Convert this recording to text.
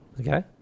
okay